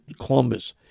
Columbus